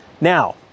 Now